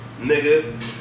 nigga